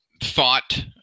thought